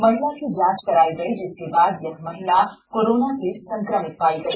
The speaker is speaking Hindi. महिला की जांच कराई गई जिसके बाद यह महिला कोरोना से संक्रमित पाई गई